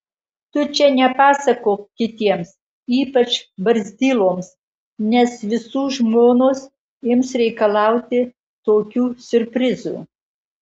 tu čia nepasakok kitiems ypač barzdyloms nes visų žmonos ims reikalauti tokių siurprizų